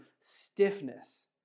stiffness